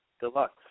Deluxe